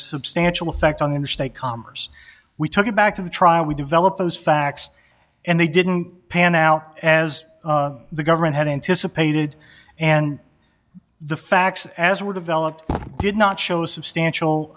substantial effect on interstate commerce we took it back to the trial we develop those facts and they didn't pan out as the government had anticipated and the facts as it were developed did not show substantial